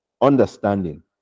understanding